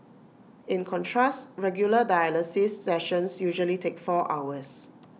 in contrast regular dialysis sessions usually take four hours